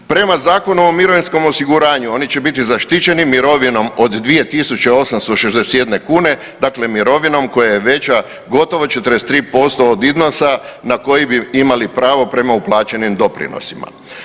Prema Zakonu o mirovinskom osiguranju oni će biti zaštićeni mirovinom od 2.861 kune, dakle mirovinom koja je veća gotovo 43% od iznosa na koji bi imali pravo prema uplaćenim doprinosima.